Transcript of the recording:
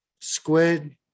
squid